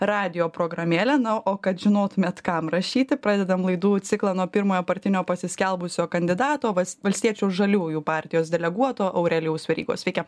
radijo programėlę na o kad žinotumėt kam rašyti pradedam laidų ciklą nuo pirmojo partinio pasiskelbusio kandidato vas valstiečių žaliųjų partijos deleguoto aurelijaus verygos sveiki